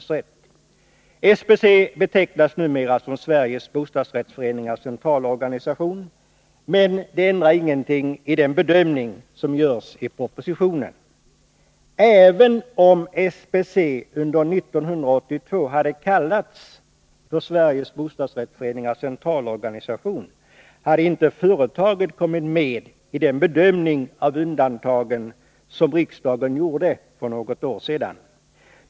SBC betecknas numera som Sveriges Bostadsrättsföreningars Centralorganisation, men det ändrar ingenting i den bedömning som görs i propositionen. Även om SBC under 1982 hade kallats för Sveriges Bostadsrättsföreningars Centralorganisation, hade inte företaget kommit med i den bedömning av undantagen som riksdagen gjorde för något år sedan.